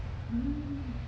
mmhmm